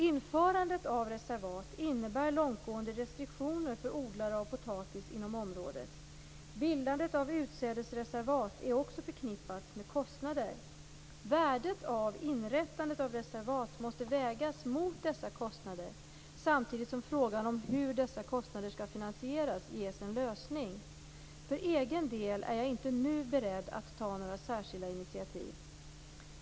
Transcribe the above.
Inrättandet av reservat innebär långtgående restriktioner för odlare av potatis inom området. Bildandet av utsädesreservat är också förknippat med kostnader. Värdet av inträttandet av reservat måste vägas mot dessa kostnader samtidigt som frågan om hur dessa kostnader skall finansieras ges en lösning. För egen del är jag inte nu beredd att ta några särskilda initiativ.